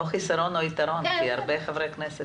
או חסרון או יתרון, כי נוכחים כאן הרבה חברי כנסת.